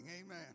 Amen